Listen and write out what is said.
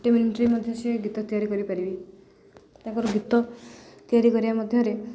ଗୋଟେ ମିନିଟ୍ରେ ମଧ୍ୟ ସେ ଗୀତ ତିଆରି କରିପାରିବେ ତାଙ୍କର ଗୀତ ତିଆରି କରିବା ମଧ୍ୟରେ